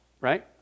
right